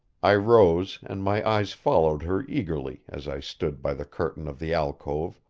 i rose and my eyes followed her eagerly as i stood by the curtain of the alcove,